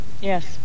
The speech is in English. Yes